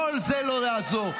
כל זה לא יעזור.